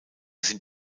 sind